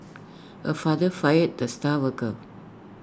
A father fired the star worker